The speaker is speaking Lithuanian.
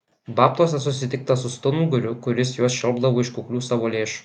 babtuose susitikta su stunguriu kuris juos šelpdavo iš kuklių savo lėšų